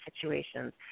situations